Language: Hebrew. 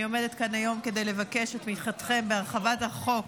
אני עומדת כאן היום כדי לבקש את תמיכתכם בהרחבת החוק